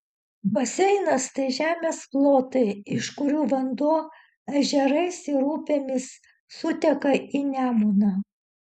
baseinas tai žemės plotai iš kurių vanduo ežerais ir upėmis suteka į nemuną